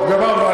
טוב, גמרנו.